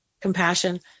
compassion